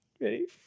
Ready